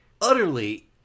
utterly